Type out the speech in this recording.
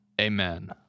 amen